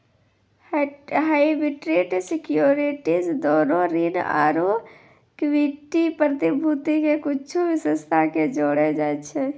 hybrid securities दोनो ऋण आरु इक्विटी प्रतिभूति के कुछो विशेषता के जोड़ै छै